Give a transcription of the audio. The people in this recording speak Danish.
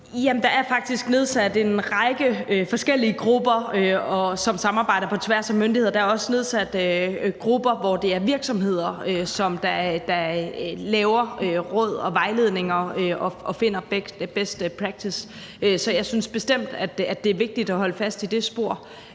række forskellige grupper, som samarbejder på tværs af myndigheder. Der er også nedsat grupper, hvor det er virksomheder, som laver råd og vejledninger og finder best practice. Så jeg synes bestemt, at det er vigtigt at holde fast i det spor